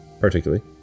particularly